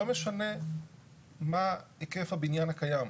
לא משנה מה היקף הבניין הקיים.